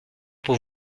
pour